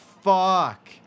fuck